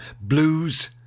blues